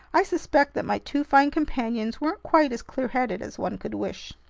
i suspect that my two fine companions weren't quite as clearheaded as one could wish.